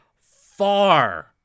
far